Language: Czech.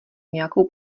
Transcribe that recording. nějakou